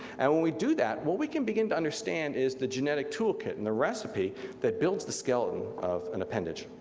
and when we do that, what we can begin to understand is the genetic toolkit and the recipe that builds the skeleton of an appendage.